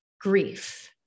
grief